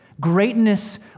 Greatness